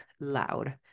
loud